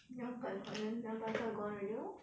两百块 then 两百块 gone already lor